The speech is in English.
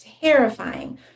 terrifying